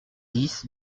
dix